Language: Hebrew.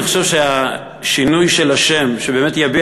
אני חושב ששינוי השם לשם שבאמת יביע